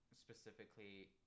specifically –